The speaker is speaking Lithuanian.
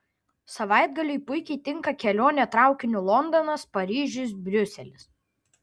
savaitgaliui puikiai tinka kelionė traukiniu londonas paryžius briuselis